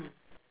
mm